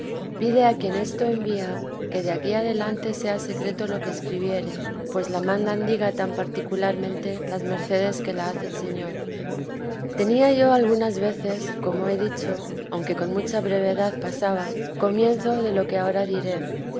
pide a quien esto envía que de aquí adelante sea secreto lo que escribiere pues la mandan diga tan particularmente las mercedes que le hace el señor tenía yo algunas veces como he dicho aunque con mucha brevedad pasaba comienzo de lo que ahora diré